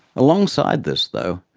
alongside this, though,